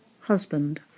Husband